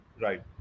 Right